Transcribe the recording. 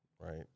Right